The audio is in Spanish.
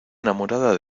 enamorada